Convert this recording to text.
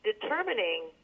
determining